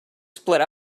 split